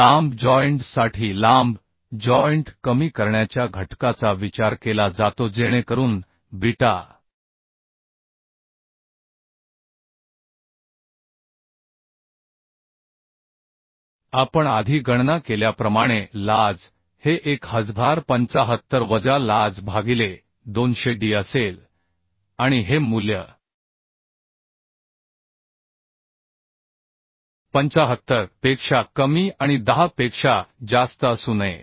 लांब जॉइंट साठी लांब जॉइंट कमी करण्याच्या घटकाचा विचार केला जातो जेणेकरून बीटा आपण आधी गणना केल्याप्रमाणे lj हे 1075 वजा lj भागिले 200d असेल आणि हे मूल्य 075 पेक्षा कमी आणि 10 पेक्षा जास्त असू नये